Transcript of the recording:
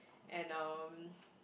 and um